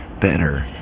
better